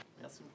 Merci